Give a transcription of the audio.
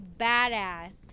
badass